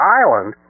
island